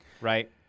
Right